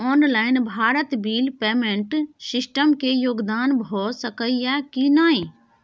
Online Bharat bill payment system के उपयोग भ सके इ की नय?